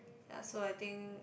ya so I think